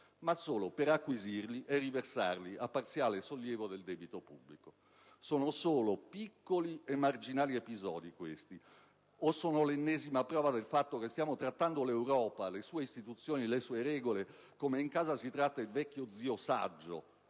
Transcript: ma solo per acquisirli e riversarli a parziale sollievo del debito pubblico. Sono solo piccoli e marginali episodi questi, o sono l'ennesima prova del fatto che stiamo trattando l'Europa, le sue istituzioni, le sue regole come in casa si tratta il vecchio zio saggio,